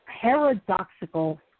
paradoxical